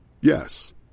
Yes